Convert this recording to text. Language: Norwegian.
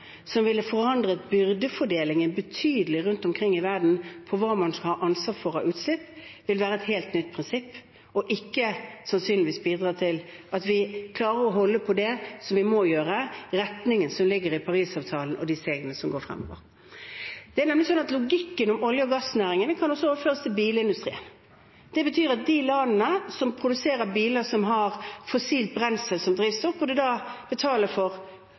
som ville forandret byrdefordelingen betydelig rundt omkring i verden av hva man skal ha ansvar for av utslipp, ville være et helt nytt prinsipp og sannsynligvis ikke bidratt til at vi klarte å holde på det vi må gjøre, retningen som ligger i Parisavtalen, og de stegene som går fremover. Det er nemlig sånn at logikken om olje- og gassnæringen også kan overføres til bilindustrien. Det betyr at de landene som produserer biler som har fossilt brensel som drivstoff, da burde betale for